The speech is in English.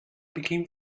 became